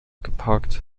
geparkt